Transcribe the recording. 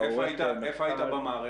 שהם עובדים היום בתנאים מאוד מאוד קשים,